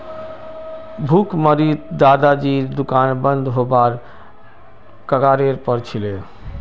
भुखमरीत दादाजीर दुकान बंद हबार कगारेर पर छिले